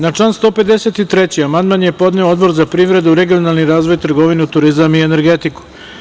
Na član 153. amandman je podneo Odbor za privredu, regionalni razvoj, trgovinu, turizam i energetiku.